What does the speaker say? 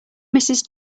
mrs